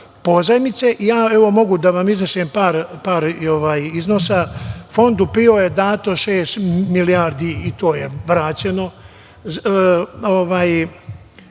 pozajmice. Mogu da vam iznesem par iznosa, Fondu PIO je dato šest milijardi i to je vraćeno,